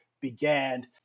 began